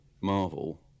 Marvel